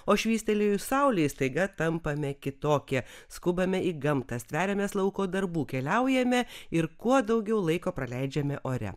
o švystelėjus saulei staiga tampame kitokie skubame į gamtą stveriamės lauko darbų keliaujame ir kuo daugiau laiko praleidžiame ore